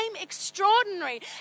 extraordinary